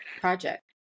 project